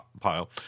pile